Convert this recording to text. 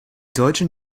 deutschen